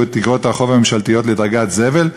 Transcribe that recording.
את איגרות החוב הממשלתיות לדרגת זבל,